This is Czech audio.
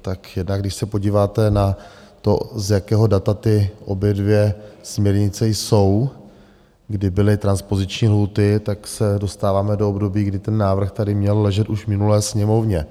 Tak jednak když se podíváte na to, z jakého data ty obě dvě směrnice jsou, kdy byly transpoziční lhůty, tak se dostáváme do období, kdy ten návrh tady měl ležet už v minulé Sněmovně.